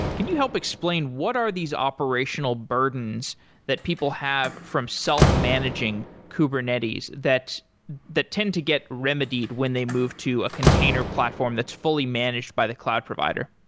can you help explain what are these operational burdens that people have from self-managing kubernetes that that tend to get remedied when they move to a container platform that's fully managed by the cloud provider?